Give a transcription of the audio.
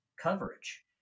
coverage